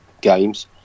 games